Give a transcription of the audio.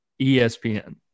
ESPN